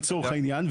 לצורך העניין.